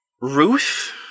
Ruth